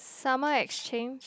summer exchange